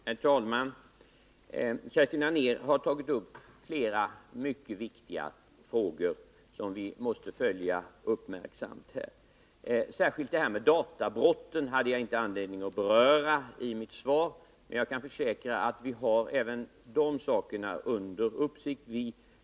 Herr talman! Kerstin Anér har tagit upp flera mycket viktiga frågor som vi måste följa uppmärksamt. Särskilt gäller detta databrotten. Jag hade inte anledning att beröra dem i mitt svar, men jag kan försäkra att vi har även frågor som rör dem under uppsikt.